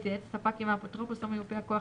יתייעץ הספק עם האפוטרופוס או מיופה הכוח,